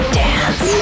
dance